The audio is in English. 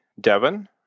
Devin